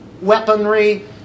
weaponry